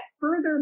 further